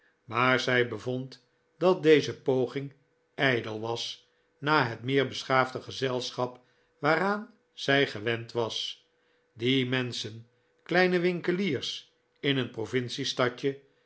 maar zij bevond dat deze poging ijdel was na het meer beschaafde gezelschap waaraan zij gewend was die menschen kleine winkeliers in een